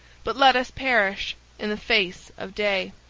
but let us perish in the face of day.